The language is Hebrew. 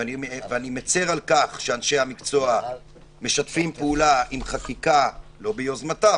אני מצר על כך שאנשי המקצוע משתפים פעולה עם חקיקה לא ביוזמתם,